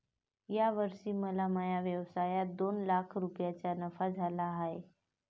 या वर्षी मला माझ्या व्यवसायात दोन लाख रुपयांचा नफा झाला आहे